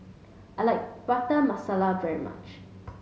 I like Prata Masala very much